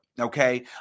okay